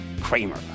Kramer